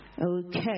Okay